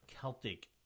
Celtic